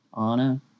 Anna